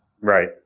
Right